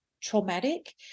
traumatic